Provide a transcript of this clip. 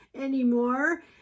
anymore